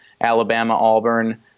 Alabama-Auburn